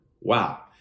Wow